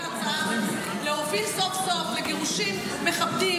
להוביל סוף-סוף לגירושים מכבדים.